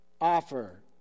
offer